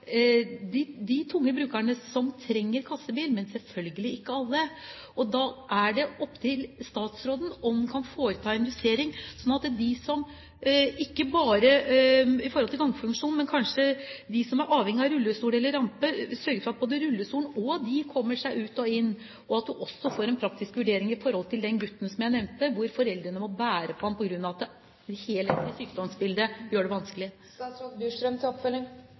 de tunge brukerne som trenger kassebil, men selvfølgelig ikke alle. Men det er opp til statsråden å foreta en justering, ikke bare i forhold til gangfunksjon, men også i forhold til dem som er avhengig av rullestol eller ramper – å sørge for at både rullestolen og brukeren kommer seg ut og inn. Vi ønsker også å få en praktisk vurdering i forhold til den gutten jeg nevnte, hvor foreldrene på grunn av det helhetlige sykdomsbildet må bære ham. Jeg ber om forståelse for at